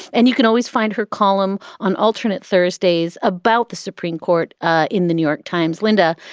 and you can always find her column on alternate thursdays about the supreme court ah in the new york times linda.